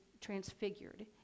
transfigured